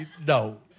No